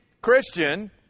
Christian